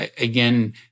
again